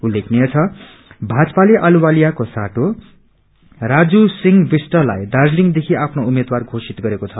उल्लेखनीय छ भाजपाले अहलुवालियाको साटो राजु सिंह विष्टलाई दार्जीलिङ देखि आफ्नो उम्मेद्वार घोशित गरेको छ